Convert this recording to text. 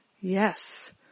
Yes